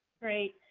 great.